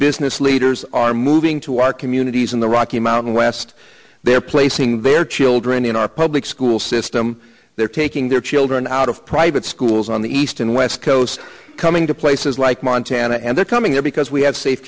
business leaders are moving to our communities in the rocky mountain west they're placing their children in our public school system they're taking their children out of private schools on the east and west coast coming to places like montana and they're coming here because we